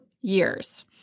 years